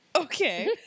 Okay